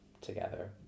together